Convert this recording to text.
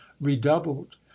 redoubled